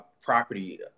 property